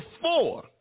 four